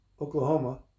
Oklahoma